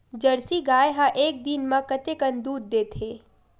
Jersey गाय ह एक दिन म कतेकन दूध देथे?